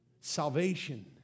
Salvation